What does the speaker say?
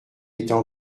était